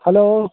hello